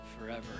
forever